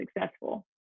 successful